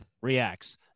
reacts